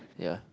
ya